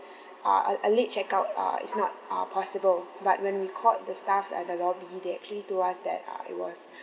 uh a a late check out uh it's not uh possible but when we called the staff at the lobby they actually told us that uh it was